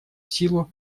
силу